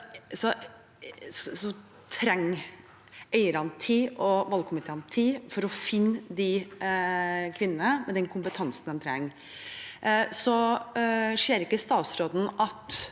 trenger eierne og valgkomiteen tid for å finne de kvinnene og den kompetansen de trenger. Ser ikke statsråden at